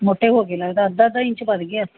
ਮੋਟੇ ਹੋ ਗਏ ਲੱਗਦਾ ਅੱਧਾ ਅੱਧਾ ਇੰਚ ਵੱਧ ਗਿਆ